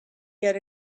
yet